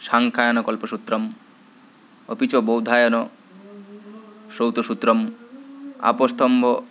साङ्ख्यायनकल्पशूत्रम् अपि च बौधायन श्रौतसूत्रम् आपस्तम्ब